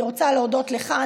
אני רוצה להודות לך,